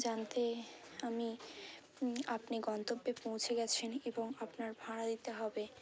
জানতে আমি আপনি গন্তব্যে পৌঁছে গেছেনই এবং আপনার ভাড়া দিতে হবে